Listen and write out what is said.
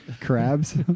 Crabs